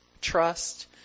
trust